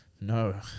no